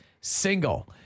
single